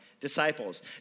disciples